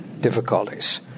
difficulties